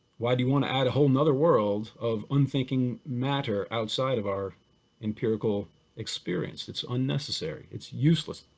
why do you want to add a whole and other world of unthinking matter outside of our empirical experience, it's unnecessary, it's useless.